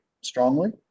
strongly